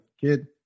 kid